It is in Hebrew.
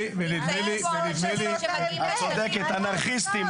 את צודקת, אנרכיסטים.